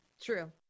True